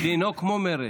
לנהוג כמו מרצ.